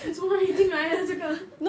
什么已经来的这个